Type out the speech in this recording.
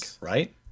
right